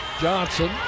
Johnson